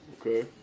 Okay